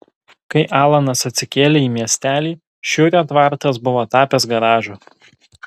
kai alanas atsikėlė į miestelį šiurio tvartas buvo tapęs garažu